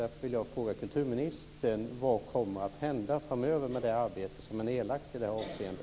Jag vill därför fråga kulturministern: Vad kommer att hända framöver med det arbete som är nedlagt i detta avseende?